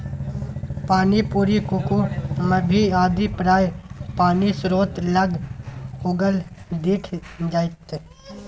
पानिपरी कुकुम्भी आदि प्रायः पानिस्रोत लग उगल दिख जाएत